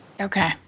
Okay